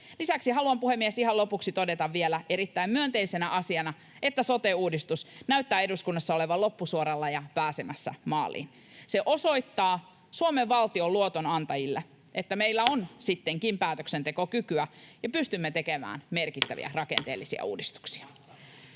Lisäksi haluan, puhemies, ihan lopuksi todeta vielä erittäin myönteisenä asiana, että sote-uudistus näyttää eduskunnassa olevan loppusuoralla ja pääsemässä maaliin. Se osoittaa Suomen valtion luotonantajille, että meillä on sittenkin päätöksentekokykyä ja pystymme tekemään merkittäviä rakenteellisia uudistuksia.